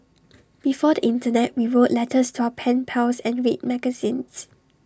before the Internet we wrote letters to our pen pals and read magazines